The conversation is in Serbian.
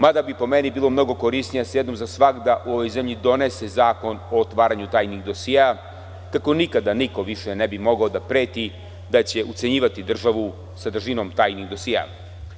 Mada bi po meni bilo mnogo korisnije da se jednom za svagda u ovoj zemlji donese zakon o otvaranju tajnih dosijea, kako niko nikada više ne bi mogao da preti da će ucenjivati državu sadržinom tajnih dosijea.